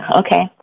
okay